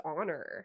honor